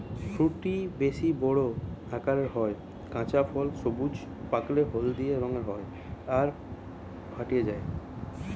ফুটি বেশ বড় আকারের হয়, কাঁচা ফল সবুজ, পাকলে হলদিয়া রঙের হয় আর ফাটি যায়